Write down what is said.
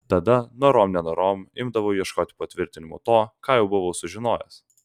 tada norom nenorom imdavau ieškoti patvirtinimų to ką jau buvau sužinojęs